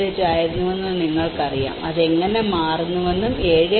4 ആയിരുന്നുവെന്ന് നിങ്ങൾക്കറിയാം അത് എങ്ങനെ മാറുന്നുവെന്നും 7